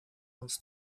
wants